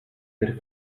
per